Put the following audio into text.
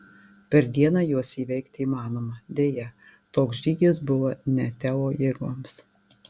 per dieną juos įveikti įmanoma deja toks žygis buvo ne teo jėgoms